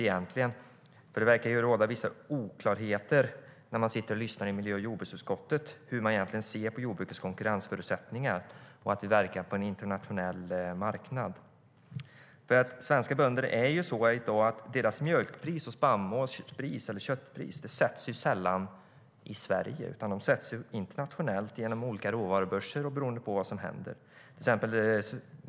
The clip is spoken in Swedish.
När man lyssnar på det som sägs i miljö och jordbruksutskottet tycks det råda vissa oklarheter om hur Folkpartiet egentligen ser på jordbrukets konkurrensförutsättningar och att jordbruket verkar på en internationell marknad. Svenska bönder har i dag svårigheter eftersom deras mjölk, spannmåls och köttpriser sällan sätts i Sverige, utan de sätts internationellt på olika råvarubörser och är beroende av vad som händer.